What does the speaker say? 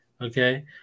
okay